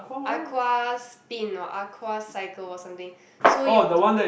aqua spin or aqua cycle or something so you